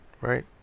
Right